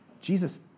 Jesus